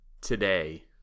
today